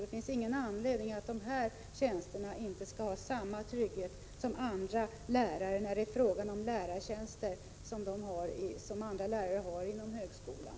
Det finns ingen anledning att denna kategori inte skall ha samma trygghet som andra lärare inom högskolan.